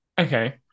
Okay